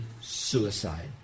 suicide